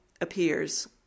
appears